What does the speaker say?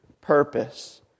purpose